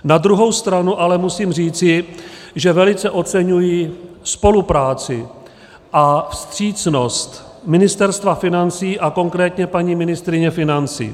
Na druhou stranu ale musím říci, že velice oceňuji spolupráci a vstřícnost Ministerstva financí a konkrétně paní ministryně financí.